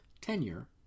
tenure